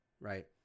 right